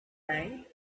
length